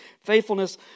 faithfulness